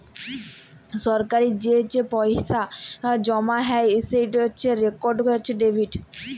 সরাসরি যে পইসা জমা হ্যয় সেট ডিরেক্ট ডেবিট